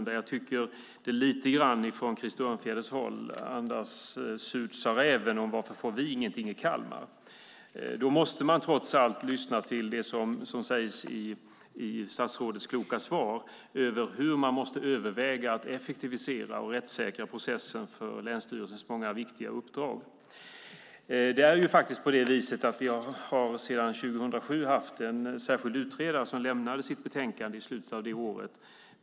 Där tycker jag att det lite grann från Krister Örnfjäders håll andas surt sade räven: Varför får vi ingenting i Kalmar? Vi måste trots allt lyssna till det som sägs i statsrådets kloka svar om hur man måste överväga att effektivisera och rättssäkra processen för länsstyrelsens många viktiga uppdrag. Det är faktiskt på det viset att vi 2007 hade en särskild utredare som lämnade sitt betänkande i slutet av det året.